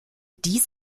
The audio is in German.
dies